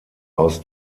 aus